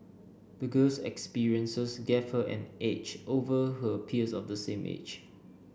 the girl's experiences gave her an edge over her peers of the same age